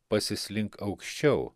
pasislink aukščiau